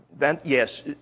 yes